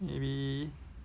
maybe